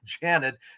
Janet